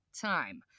time